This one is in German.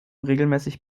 regelmäßig